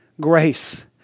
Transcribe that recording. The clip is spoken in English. grace